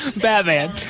Batman